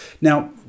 Now